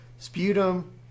sputum